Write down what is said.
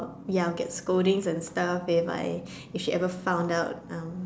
ya I will get scolding and stuff if she ever found out